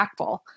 impactful